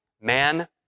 Man